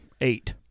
eight